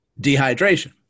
dehydration